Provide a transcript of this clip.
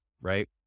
Right